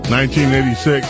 1986